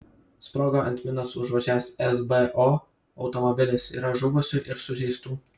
sprogo ant minos užvažiavęs esbo automobilis yra žuvusių ir sužeistų